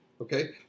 okay